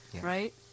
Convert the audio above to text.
Right